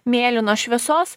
mėlynos šviesos